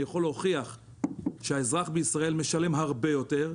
אני יכול להוכיח שהאזרח בישראל משלם הרבה יותר,